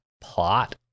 plot